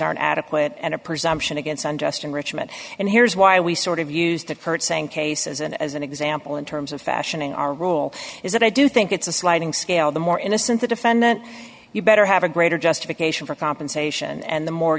aren't adequate and a presumption against i'm just in richmond and here's why we sort of use the curtseying case as an as an example in terms of fashioning our role is that i do think it's a sliding scale the more innocent the defendant you better have a greater justification for compensation and the more